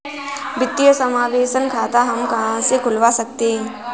वित्तीय समावेशन खाता हम कहां से खुलवा सकते हैं?